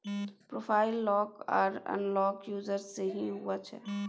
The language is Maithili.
प्रोफाइल लॉक आर अनलॉक यूजर से ही हुआ चाहिए